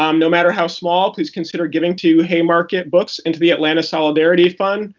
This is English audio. um no matter how small, please consider giving to haymarket books, and to the atlanta solidarity fund.